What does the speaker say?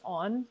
on